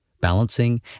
balancing